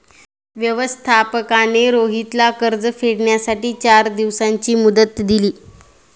व्यवस्थापकाने रोहितला कर्ज फेडण्यासाठी चार दिवसांची मुदत दिली